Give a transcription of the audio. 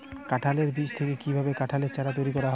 কাঁঠালের বীজ থেকে কীভাবে কাঁঠালের চারা তৈরি করা হয়?